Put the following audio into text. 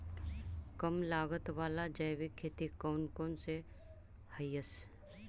कम लागत वाला जैविक खेती कौन कौन से हईय्य?